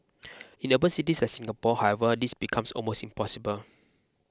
in urban cities like Singapore however this becomes almost impossible